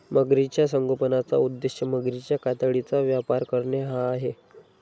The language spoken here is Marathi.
मगरीच्या संगोपनाचा उद्देश मगरीच्या कातडीचा व्यापार करणे हा आहे